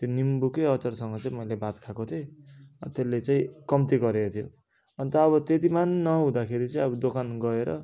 त्यो निम्बुकै अचारसँग चाहिँ मैले भात खाएको थिएँ त्यसले चाहिँ कम्ती गरेको थियो अन्त अब त्यतिमा नहुँदाखेरि चाहिँ अब दोकान गएर